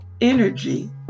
energy